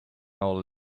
old